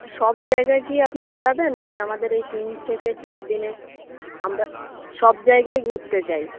সব জায়গায় কি আপনি ঘোরাবেন মানে আমাদের এই তিন থেকে চার দিনে আমরা সব জায়গায় ঘুরতে চাই